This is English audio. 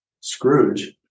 Scrooge